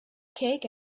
cake